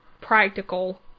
practical